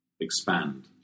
expand